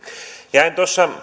jäin